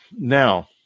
Now